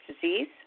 disease